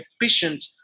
efficient